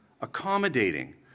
accommodating